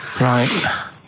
Right